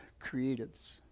creatives